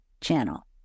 channel